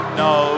no